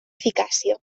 eficàcia